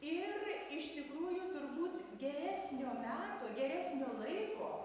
ir iš tikrųjų turbūt geresnio meto geresnio laiko